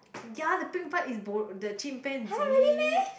ya the pink part is bo~ the chimpanzee